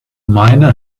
miner